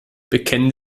bekennen